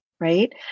right